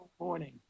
morning